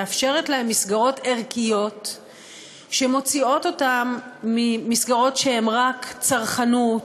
מאפשרת להם מסגרות ערכיות שמוציאות אותם ממסגרות שהן רק צרכנות,